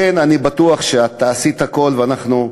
לכן, אני בטוח שאת תעשי את הכול, אנחנו,